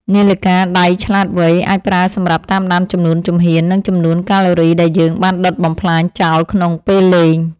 នាឡិកាដៃឆ្លាតវៃអាចប្រើសម្រាប់តាមដានចំនួនជំហាន និងចំនួនកាឡូរីដែលយើងបានដុតបំផ្លាញចោលក្នុងពេលលេង។